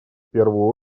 первую